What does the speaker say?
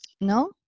no